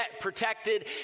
protected